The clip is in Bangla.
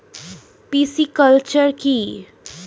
পিসিকালচার কি?